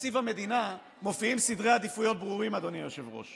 כבר מונית והושבעת לשר.